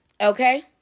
Okay